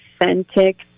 authentic